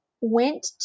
went